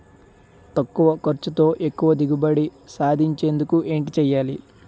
తక్కువ ఖర్చుతో ఎక్కువ దిగుబడి సాధించేందుకు ఏంటి చేయాలి?